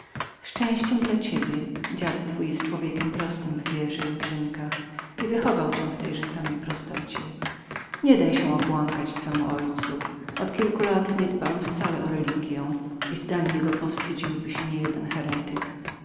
szczęściem dla ciebie dziad twój jest człowiekiem prostym w wierze i uczynkach i wychował cię w tejże samej prostocie nie daj się obłąkać twemu ojcu od kilku lat niedba wcale o religiję i zdań jego powstydziłby się nie jeden